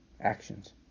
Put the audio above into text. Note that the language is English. actions